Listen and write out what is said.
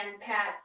Pat